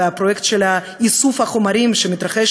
והפרויקט של איסוף החומרים שמתרחש